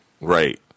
Right